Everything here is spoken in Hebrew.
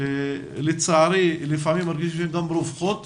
לצערי לפעמים מרגיש שהן גם רווחות,